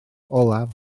olaf